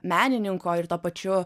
menininko ir tuo pačiu